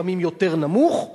לפעמים נמוך יותר,